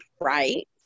right